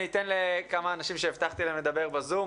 אני אתן לכמה אנשים שהבטחתי להם לדבר בזום,